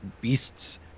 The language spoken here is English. beasts